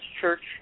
Church